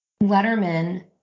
Letterman